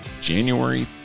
January